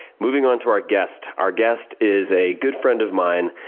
moving on to our guest. our guest is a good friend of mine,